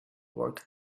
work